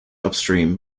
upstream